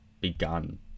begun